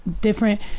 different